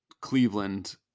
Cleveland